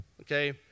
okay